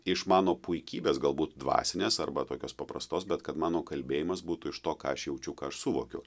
iš mano puikybės galbūt dvasinės arba tokios paprastos bet kad mano kalbėjimas būtų iš to ką aš jaučiu ką aš suvokiu